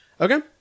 okay